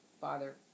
Father